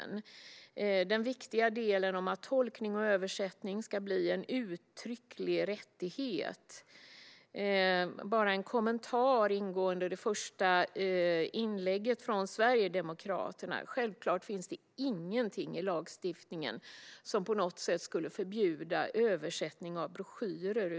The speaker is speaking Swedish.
När det gäller den viktiga delen om att tolkning och översättning ska bli en uttrycklig rättighet har jag bara en kommentar angående det första inlägget från Sverigedemokraterna: Självklart finns det ingenting i lagstiftningen som på något sätt skulle förbjuda översättning av broschyrer.